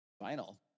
final